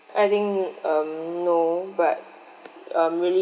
I think um no but um really